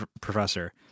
Professor